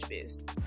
Boost